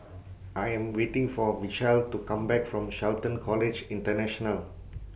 I Am waiting For Mychal to Come Back from Shelton College International